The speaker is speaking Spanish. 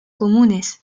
comunes